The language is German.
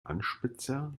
anspitzer